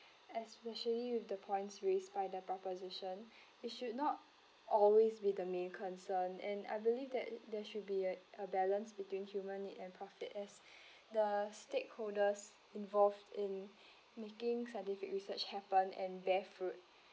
especially with the points raised by the proposition it should not always be the main concern and I believe that there should be a balance between human need and profit as the stakeholders involved in making scientific research happen and bear fruit